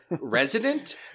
Resident